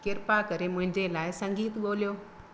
किरपा करे मुंहिंजे लाइ संगीतु ॻोल्हियो